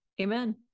amen